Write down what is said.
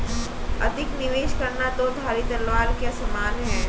अधिक निवेश करना दो धारी तलवार के समान है